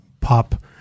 pop